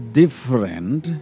different